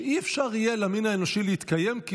ש"אי-אפשר יהיה למין האנושי להתקיים כי